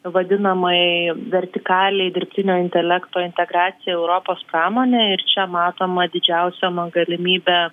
vadinamai vertikaliai dirbtinio intelekto integracijai į europos pramonę ir čia matomą didžiausią galimybę